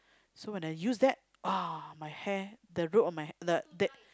so when I use that ah my hair the root of my the the